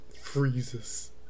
freezes